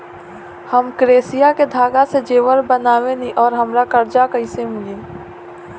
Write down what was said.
हम क्रोशिया के धागा से जेवर बनावेनी और हमरा कर्जा कइसे मिली?